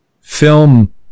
film